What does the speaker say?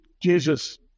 Jesus